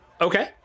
Okay